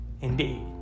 indeed